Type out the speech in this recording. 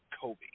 Kobe